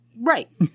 right